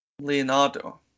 leonardo